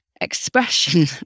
expression